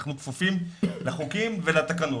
אנחנו כפופים לחוקים ולתקנות.